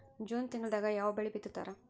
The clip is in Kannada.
ಜೂನ್ ತಿಂಗಳದಾಗ ಯಾವ ಬೆಳಿ ಬಿತ್ತತಾರ?